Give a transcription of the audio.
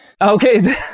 Okay